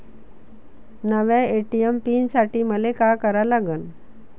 नव्या ATM pin साठी मले का करा लागन?